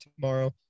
tomorrow